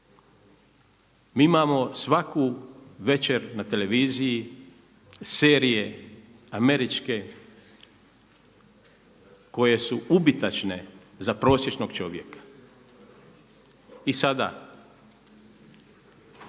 Mi imamo svaku večer na televiziji serije američke koje su ubitačne za prosječnog čovjeka. I sada,